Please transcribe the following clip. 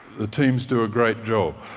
the teams do a great job,